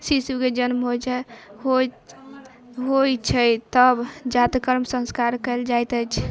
शिशुकेँ जन्म होइ छै होइ होइ छै तब जातकर्म संस्कार कयल जाइत अछि